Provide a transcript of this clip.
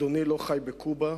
אדוני לא חי בקובה,